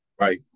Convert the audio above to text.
Right